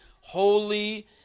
holy